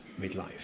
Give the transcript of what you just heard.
midlife